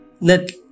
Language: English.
Let